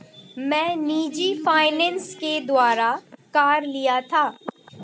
मैं निजी फ़ाइनेंस के द्वारा कार लिया था